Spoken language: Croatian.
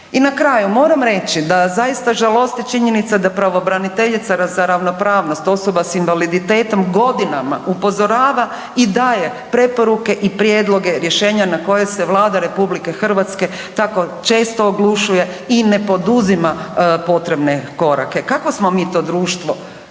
I na kraju moram reći da zaista žalosti činjenica da pravobraniteljica za ravnopravnost osobama s invaliditetom godinama upozorava i daje preporuke i prijedloge rješenja na koje se Vlada RH tako često oglušuje i ne poduzima potrebne korake. Kakvo smo mi to društvo